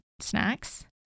snacks